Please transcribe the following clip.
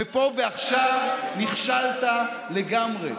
ופה ועכשיו, ומה עם, נכשלת לגמרי.